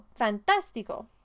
fantástico